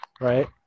right